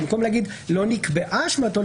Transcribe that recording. במקום לומר לא נקבעה אשמתו,